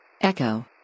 Echo